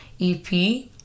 EP